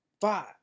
five